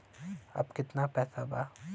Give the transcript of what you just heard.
अब कितना पैसा बा?